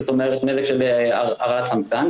נזק של הרעלת חמצן,